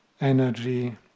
energy